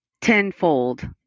tenfold